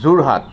Jorhat